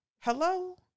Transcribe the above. Hello